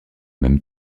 même